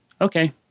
okay